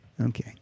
Okay